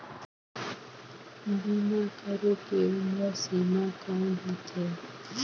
बीमा करे के उम्र सीमा कौन होथे?